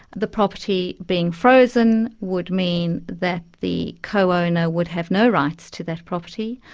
the property being frozen would mean that the co-owner would have no rights to that property,